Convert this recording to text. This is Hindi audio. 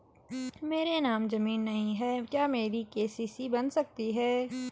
मेरे नाम ज़मीन नहीं है क्या मेरी के.सी.सी बन सकती है?